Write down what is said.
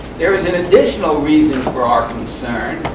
there is an additional reason for our concern,